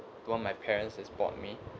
one my parents has bought me